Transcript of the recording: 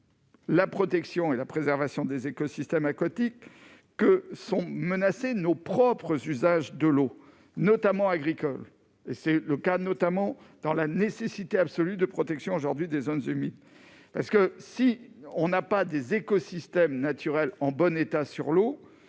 La protection et la préservation des écosystèmes aquatiques que sont menacés, nos propres usages de l'eau, notamment agricoles, c'est le cas notamment dans la nécessité absolue de protection aujourd'hui des zones humides parce que si on n'a pas des écosystèmes naturels en bon état sur l'eau,